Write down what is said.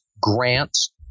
grants